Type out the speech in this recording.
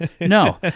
no